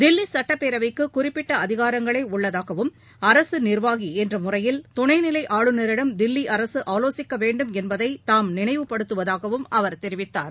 தில்லிசட்டப்பேரவைக்குகுறிப்பிட்டஅதிகாரங்களேஉள்ளதாகவும் அரசுநிர்வாகிஎன்றமுறையில் துணைநிலைஆளுநரிடம் தில்லிஅரகஆலோசிக்கவேண்டும் என்பதைதாம் நினைவுபடுத்துவதாகவும் அவர் தெரிவித்தார்